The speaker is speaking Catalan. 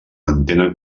mantenen